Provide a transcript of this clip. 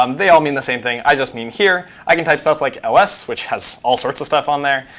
um they all mean the same thing. i just mean here. i can type stuff like ls, which has all sorts of stuff on there.